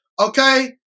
okay